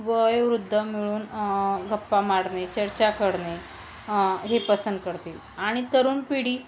वयोवृद्ध मिळून गप्पा मारणे चर्चा करणे हे पसंत करते आणि तरुण पिढी